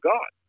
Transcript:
God